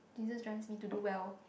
you just drive need to do well